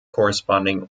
corresponding